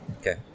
Okay